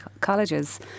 colleges